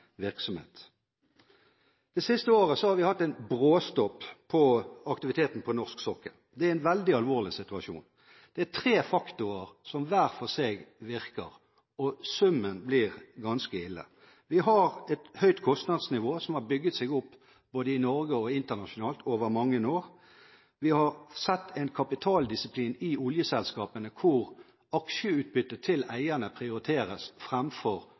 siste året har vi hatt en bråstopp i aktiviteten på norsk sokkel. Det er en veldig alvorlig situasjon. Det er tre faktorer som hver for seg virker, og summen blir ganske ille. Vi har et høyt kostnadsnivå som har bygget seg opp både i Norge og internasjonalt over mange år. Vi har sett en kapitaldisiplin i oljeselskapene hvor aksjeutbyttet til eierne prioriteres